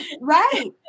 Right